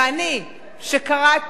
ואני, שקראתי,